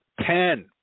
Ten